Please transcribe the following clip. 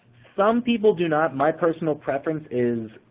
some people do not. my personal preference is,